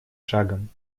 шагом